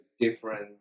different